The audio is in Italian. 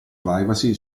privacy